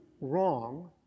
wrong